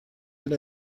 bin